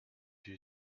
you